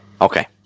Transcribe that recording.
Okay